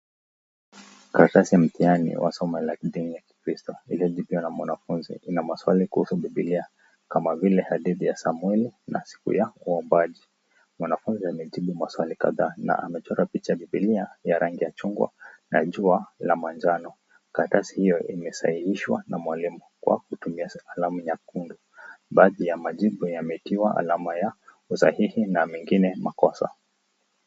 karatasi ya mtihani wa somo la dini ya kikristo ilijibiwa na mwanafunzi ina maswali kuhusu biblia, kama vile hadithi ya samueli na siku ya uumbaji mwanafunzi amejibu maswali kadhaa na amechora picha ya biblia ya rangi ya chungwa na jua la manjano karatasi hiyo imesahihishwa na mwalimu kwa kutumia alama nyekundu baadhi ya majibu yametiwa alama ya usahihi na mengine makosa